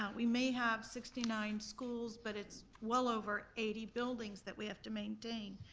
um we may have sixty nine schools, but it's well over eighty buildings that we have to maintain.